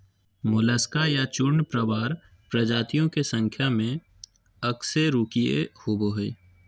Mollusca या चूर्णप्रावार प्रजातियों के संख्या में अकशेरूकीय होबो हइ